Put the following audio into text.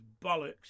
bollocks